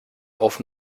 auf